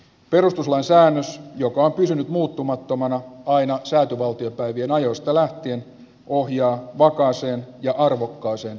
perustuslain säännös joka on pysynyt muuttumattomana aina säätyvaltiopäivien ajoista lähtien ohjaa vakaaseen ja arvokkaaseen